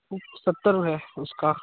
सत्तर है उसका